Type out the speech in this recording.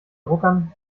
druckern